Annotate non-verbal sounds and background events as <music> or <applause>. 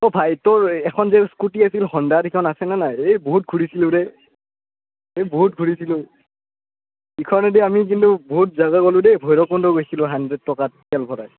অ' ভাই তোৰ এখন যে স্কুটি আছিল <unintelligible> সিখন আছেনে নাই এই বহুত ঘূৰিছিলোঁ দেই এই বহুত ঘূৰিছিলোঁ ইখনদি আমি কিন্তু বহুত জাগা গলো দেই <unintelligible> গৈছিলোঁ হাণ্ড্ৰেড <unintelligible> তেল ভৰাই